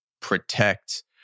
protect